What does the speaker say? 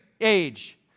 age